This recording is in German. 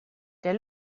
der